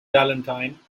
valentine